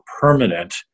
permanent